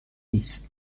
نیست